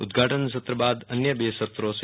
ઉદધાટન સત્ર બાદ અન્ય બે સત્રો હશે